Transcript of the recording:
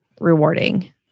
rewarding